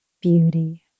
beauty